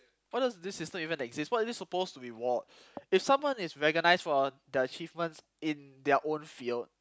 why does this system even exist what is it supposed to reward if someone is recognised for their achievements in their own field